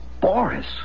Boris